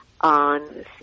on